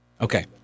Okay